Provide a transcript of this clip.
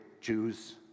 Jews